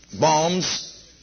bombs